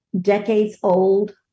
decades-old